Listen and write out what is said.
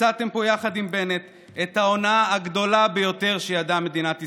ביצעתם פה יחד עם בנט את ההונאה הגדולה ביותר שידעה מדינת ישראל.